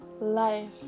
life